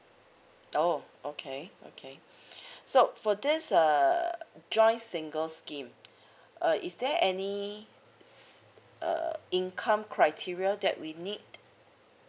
orh okay okay so for this err joints single scheme uh is there any s~ uh income criteria that we need